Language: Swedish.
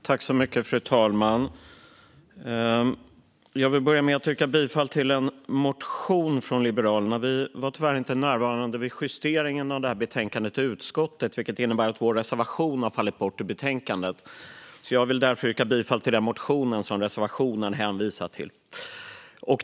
Fru talman! Jag vill börja med att yrka bifall till en motion från Liberalerna. Vi var tyvärr inte närvarande i utskottet vid justeringen av detta betänkande, vilket innebär att vår reservation har fallit bort. Jag vill därför yrka bifall till den motion som den reservationen hänvisar till.